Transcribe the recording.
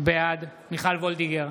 בעד מיכל מרים וולדיגר,